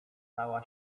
stała